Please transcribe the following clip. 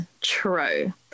true